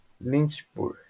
Lynchburg